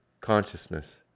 consciousness